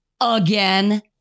again